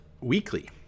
weekly